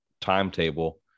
timetable